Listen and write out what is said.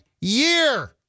year